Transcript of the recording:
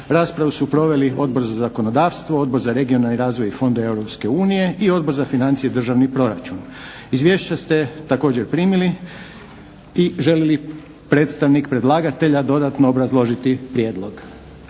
Raspravu su proveli Odbor za zakonodavstvo, Odbor za regionalni razvoj i fondove Europske unije i Odbor za financije i državni proračun. Izvješća ste također primili. Želi li predstavnik predlagatelja dodatno obrazložiti prijedlog?